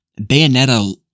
Bayonetta